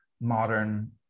modern